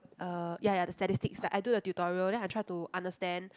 uh ya ya the statistics like I do the tutorial then I try to understand